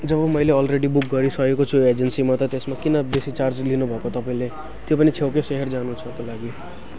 जब मैले already book गरिसकेको छु एजेन्सीमा त त्यसमा किन बेसी चार्ज लिनुभएको तपाईँले त्यो पनि छेउकै सहर जानु छ त्यो लागि